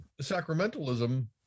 sacramentalism